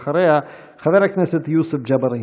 אחריה, חבר הכנסת יוסף ג'בארין.